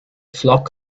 flock